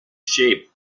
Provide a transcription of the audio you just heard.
shape